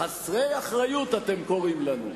"חסרי אחריות" אתם קוראים לנו.